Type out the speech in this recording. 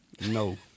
No